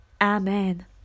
Amen